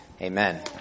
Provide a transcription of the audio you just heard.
Amen